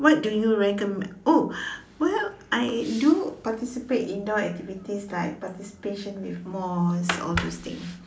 what do you recommend oh well I do participate in indoor activities like participation with mosque all those things